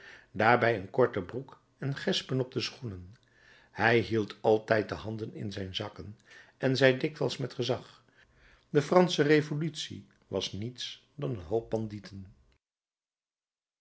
daarbij een korte broek en gespen op de schoenen hij hield altijd de handen in zijn zakken en zei dikwijls met gezag de fransche revolutie was niets dan een hoop bandieten